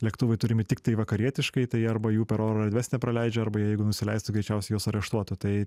lėktuvai turimi tiktai vakarietiškai tai arba jų per oro erdves nepraleidžia arba jeigu nusileistų greičiausiai juos areštuotų tai